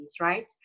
right